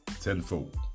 tenfold